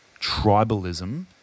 tribalism